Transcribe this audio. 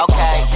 Okay